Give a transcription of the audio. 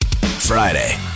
Friday